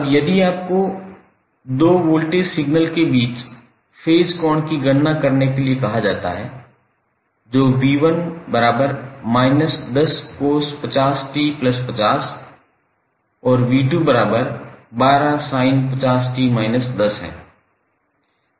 अब यदि आपको दो वोल्टेज सिग्नल के बीच फेज कोण की गणना करने के लिए कहा जाता है जो 𝑣1−10cos50𝑡50 और 𝑣212sin50𝑡−10 है